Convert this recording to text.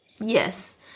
Yes